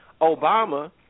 Obama